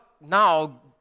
now